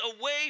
away